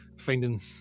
finding